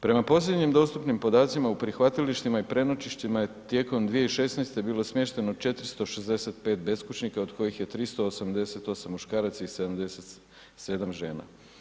Prema posljednjem dostupnim podacima u prihvatilištima i prenoćištima je tijekom 2016. bilo smješteno 465 beskućnika od kojih je 388 muškaraca i 77 žena.